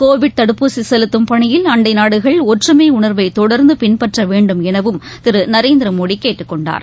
Covid தடுப்பூசிசெலுத்தும் பணியில் அண்டைநாடுகள் ஒற்றுமைஉணர்வைதொடர்ந்தபின்பற்றவேண்டும் எனவும் திருநரேந்திரமோடிகேட்டுக்கொண்டார்